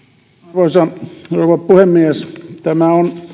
arvoisa rouva puhemies tämä on